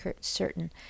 certain